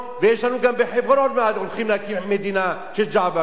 וגם בחברון הולכים להקים מדינה של ג'עברי.